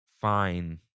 fine